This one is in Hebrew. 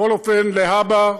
בכל אופן, להבא,